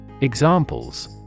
Examples